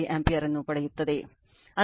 87oampere ಅನ್ನು ಪಡೆಯುತ್ತದೆ